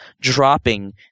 dropping